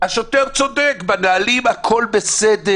השוטר צודק, בנוהלים הכול בסדר